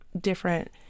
different